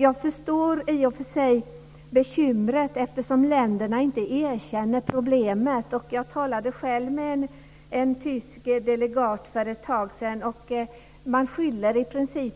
Jag förstår i och för sig bekymret, eftersom länderna inte erkänner problemet. Jag talade själv med en tysk delegat för ett tag sedan, och man skyller i princip